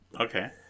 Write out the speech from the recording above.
Okay